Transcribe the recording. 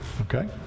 Okay